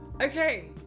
Okay